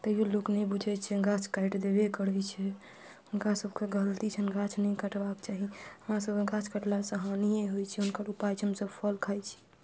तैयो लोक नहि बुझै छै गाछ काटि देबे करै छै हुनका सबके गलती छनि गाछ नज्ञि काटबाक चाही हमरा सबके गाछ काटला से हानिये होइ छै हुनकर उपाय छै हमसब फल खाइ छी